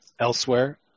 elsewhere